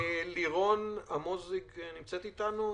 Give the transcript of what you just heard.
לירון אמוזיג, במשרד הבריאות, נמצאת אתנו?